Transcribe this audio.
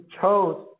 chose